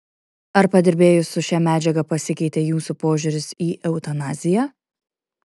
ar padirbėjus su šia medžiaga pasikeitė jūsų požiūris į eutanaziją